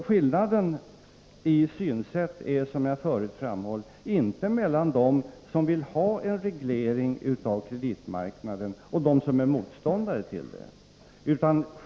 Skillnaden i synsätt finns, som jag förut framhållit, inte mellan dem som vill ha en reglering av kreditmarknaden och dem som är motståndare till en sådan reglering.